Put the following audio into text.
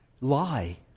Lie